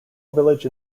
village